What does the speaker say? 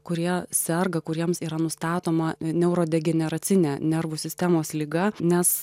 kurie serga kuriems yra nustatoma neurodegeneracinė nervų sistemos liga nes